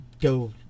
go